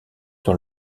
dans